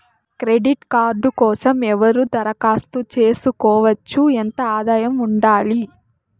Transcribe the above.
Credit card కోసం ఎవరు దరఖాస్తు చేసుకోవచ్చు? ఎంత ఆదాయం ఉండాలి?